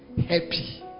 happy